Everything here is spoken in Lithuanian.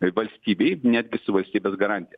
ir valstybei net su valstybės garantija